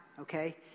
okay